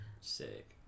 Sick